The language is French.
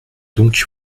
donc